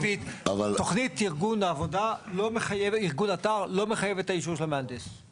תוכנית ארגון אתר לא מחייבת את האישור של המהנדס,